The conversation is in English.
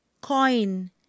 Coin